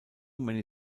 many